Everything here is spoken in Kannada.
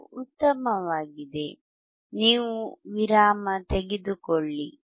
ಅದು ಉತ್ತಮವಾಗಿದೆ ನೀವು ವಿರಾಮ ತೆಗೆದುಕೊಳ್ಳಿ